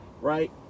right